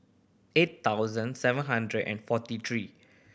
eight thousand seven hundred and forty three